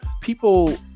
people